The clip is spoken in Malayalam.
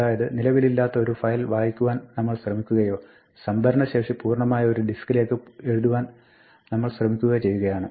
അതായത് നിലവിലില്ലാത്ത ഒരു ഫയൽ വായിക്കുവാൻ നമ്മൾ ശ്രമിക്കുകയോ സംഭരണശേഷി പൂർണ്ണമായ ഒരു ഡിസ്കിലേക്ക് എഴുതുവാനായി നമ്മൾ ശ്രമിക്കുകയോ ചെയ്യുകയാണ്